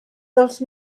dels